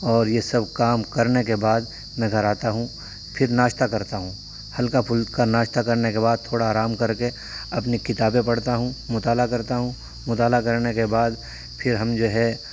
اور یہ سب کام کرنے کے بعد میں گھر آتا ہوں پھر ناشتہ کرتا ہوں ہلکا پھلکا ناشتہ کرنے کے بعد تھوڑا آرام کر کے اپنی کتابیں پڑھتا ہوں مطالعہ کرتا ہوں مطالعہ کرنے کے بعد پھر ہم جو ہے